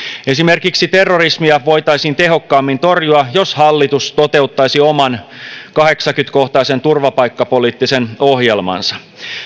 esimerkiksi terrorismia voitaisiin tehokkaammin torjua jos hallitus toteuttaisi oman kahdeksankymmentä kohtaisen turvapaikkapoliittisen ohjelmansa